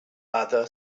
other